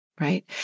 right